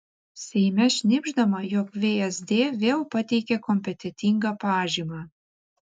seime šnibždama jog vsd vėl pateikė kompetentingą pažymą